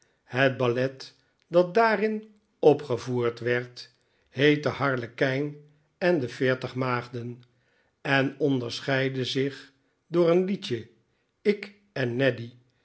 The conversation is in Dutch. het ballet dat daarin opgevoerd werd heette harlekijn en de veertig maagden en onderscheidde zich door een liedje ik en neddy